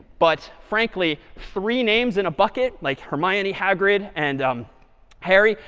but, frankly, three names in a bucket, like hermione, hagrid, and harry,